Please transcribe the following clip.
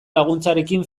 laguntzarekin